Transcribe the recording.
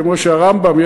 כמו שהרמב"ם,